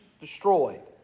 destroyed